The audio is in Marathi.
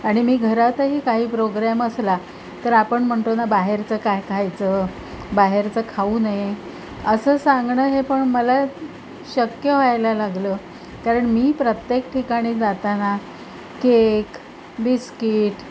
आणि मी घरातही काही प्रोग्रॅम असला तर आपण म्हणतो ना बाहेरचं काय खायचं बाहेरचं खाऊ नये असं सांगणं हे पण मला शक्य व्हायला लागलं कारण मी प्रत्येक ठिकाणी जाताना केक बिस्किट